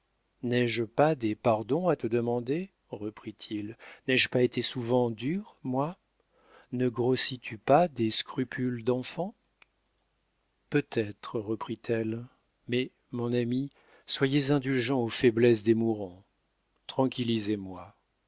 n'ai-je pas des pardons à te demander reprit-il n'ai-je pas été souvent dur moi ne grossis tu pas des scrupules d'enfant peut-être reprit-elle mais mon ami soyez indulgent aux faiblesses des mourants tranquillisez moi